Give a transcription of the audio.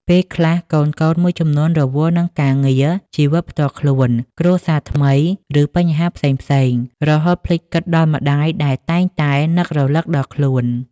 ពេលខ្លះ កូនៗមួយចំនួនរវល់នឹងការងារ ជីវិតផ្ទាល់ខ្លួន គ្រួសារថ្មី ឬបញ្ហាផ្សេងៗ រហូតភ្លេចគិតដល់ម្ដាយដែលតែងតែនឹករលឹកដល់ខ្លួន។